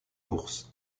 course